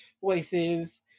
voices